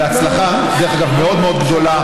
בהצלחה מאוד מאוד גדולה,